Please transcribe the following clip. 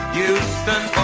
Houston